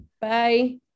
Bye